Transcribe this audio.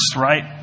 Right